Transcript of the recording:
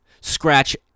Scratch –